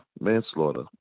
manslaughter